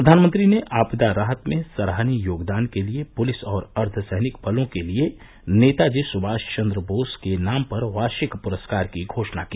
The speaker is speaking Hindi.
प्रधानमंत्री ने आपदा राहत में सराहनीय योगदान के लिए पुलिस और अर्द्धसैनिक बलों के लिए नेताजी सुभाष चन्द्र बोस के नाम पर वार्षिक पुरस्कार की घोषणा की